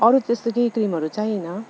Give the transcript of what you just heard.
अरू त्यस्तो केही क्रिमहरू चाहिएन